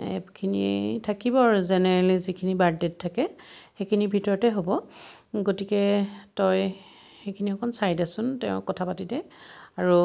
এইখিনি থাকিব আৰু জেনেৰেলি যিখিনি বাৰ্থদেত থাকে সেইখিনিৰ ভিতৰতে হ'ব গতিকে তই সেইখিনি অকণ চাই দেচোন তেওঁ কথা পাতি দে আৰু